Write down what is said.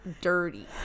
dirty